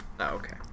Okay